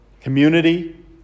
community